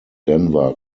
denver